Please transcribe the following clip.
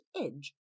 edge